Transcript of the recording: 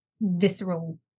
visceral